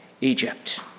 Egypt